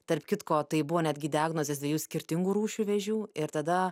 tarp kitko tai buvo netgi diagnozės dviejų skirtingų rūšių vėžių ir tada